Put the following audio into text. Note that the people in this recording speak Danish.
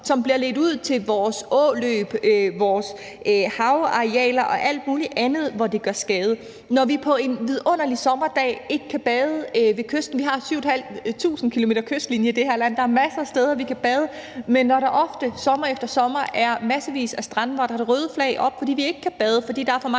som bliver ledt ud i vores åløb og vores havarealer og alt mulig andet, hvor det gør skade. Når vi på en vidunderlig sommerdag ikke kan bade ved kysten – vi har 7.500 km kystlinje i det her land, og der er masser af steder, hvor vi kan bade – og der ofte sommer efter sommer er massevis af strande, der har det røde flag oppe, fordi vi ikke kan bade, da der er for mange